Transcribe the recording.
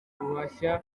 guhashya